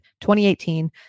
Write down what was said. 2018